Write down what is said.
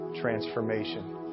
transformation